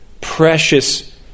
precious